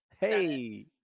Hey